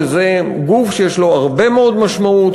וזה גוף שיש לו הרבה מאוד משמעות,